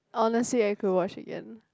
honestly I could watch again